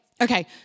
okay